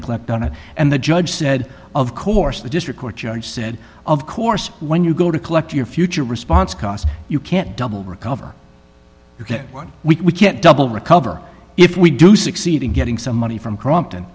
to collect on it and the judge said of course the district court judge said of course when you go to collect your future response cost you can't double recover you get one we can't double recover if we do succeed in getting some money from crompton